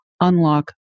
unlock